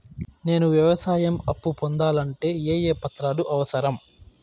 నేను వ్యవసాయం అప్పు పొందాలంటే ఏ ఏ పత్రాలు అవసరం?